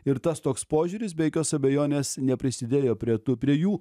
ir tas toks požiūris be jokios abejonės neprisidėjo prie tų prie jų